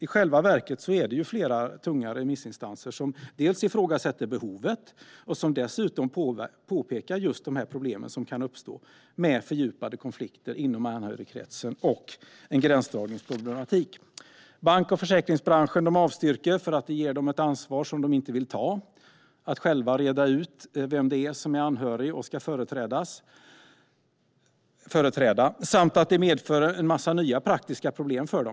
I själva verket är det flera tunga remissinstanser som ifrågasätter behovet och dessutom pekar på just de problem som kan uppstå, med fördjupade konflikter inom anhörigkretsen och en gränsdragningsproblematik. Bank och försäkringsbranschen avstyrker eftersom förslaget ger dem ett ansvar som de inte vill ta för att själva reda ut vem som är anhörig och ska företräda. Det medför också en massa nya praktiska problem för dem.